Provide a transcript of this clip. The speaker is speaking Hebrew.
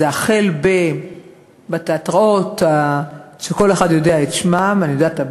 זה החל בתיאטראות שכל אחד יודע את שמם, אני יודעת?